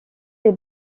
les